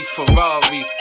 Ferrari